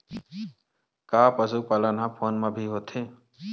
का पशुपालन ह फोन म भी होथे?